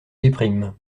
déprime